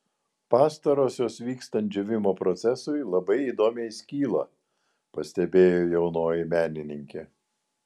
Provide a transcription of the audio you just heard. pastarosios vykstant džiūvimo procesui labai įdomiai skyla pastebėjo jaunoji menininkė